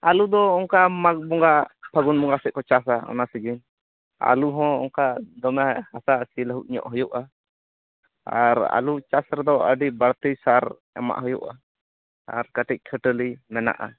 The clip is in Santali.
ᱟᱞᱩ ᱫᱚ ᱚᱱᱠᱟ ᱢᱟᱜ ᱵᱚᱸᱜᱟ ᱯᱷᱟᱹᱜᱩᱱ ᱵᱚᱸᱜᱟ ᱥᱮᱫ ᱠᱚ ᱪᱟᱥᱟ ᱚᱱᱟ ᱥᱤᱡᱮᱱ ᱟᱞᱩ ᱦᱚᱸ ᱚᱱᱠᱟ ᱫᱚᱢᱮ ᱦᱟᱥᱟ ᱥᱤ ᱞᱟᱹᱦᱩᱫ ᱧᱚᱜ ᱦᱩᱭᱩᱜᱼᱟ ᱟᱨ ᱟᱞᱩ ᱪᱟᱥ ᱨᱮᱫᱚ ᱟᱹᱰᱤ ᱵᱟᱹᱲᱛᱤ ᱥᱟᱨ ᱮᱢᱟᱜ ᱦᱩᱭᱩᱜᱼᱟ ᱟᱨ ᱠᱟᱹᱴᱤᱡ ᱠᱷᱟᱹᱴᱟᱹᱞᱤ ᱢᱮᱱᱟᱜᱼᱟ